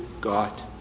God